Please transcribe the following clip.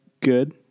good